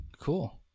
cool